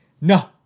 No